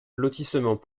lotissement